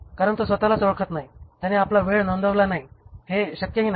कारण तो स्वत लाच ओळखत नाही त्याने आपला वेळ नोंदविला नाही आणि हे शक्यही नाही